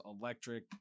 electric